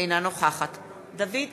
אינה נוכחת דוד אמסלם,